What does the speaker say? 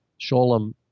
Sholem